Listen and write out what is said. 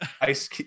ice